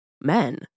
men